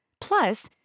Plus